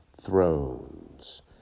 thrones